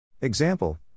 Example